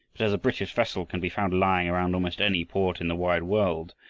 but as a british vessel can be found lying around almost any port in the wide world,